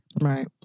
Right